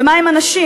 ומה עם הנשים?